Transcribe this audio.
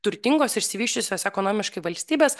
turtingos išsivysčiusios ekonomiškai valstybės